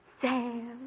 Sam